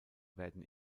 werden